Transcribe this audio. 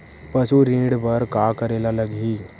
पशु ऋण बर का करे ला लगही?